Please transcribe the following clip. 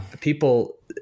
people